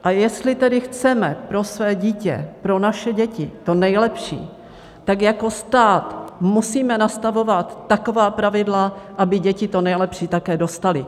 A jestli tedy chceme pro své dítě, pro naše děti to nejlepší, tak jako stát musíme nastavovat taková pravidla, aby děti to nejlepší také dostaly.